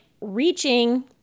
reaching